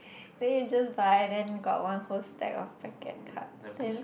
then you just buy then we got one whole stack of packet cards then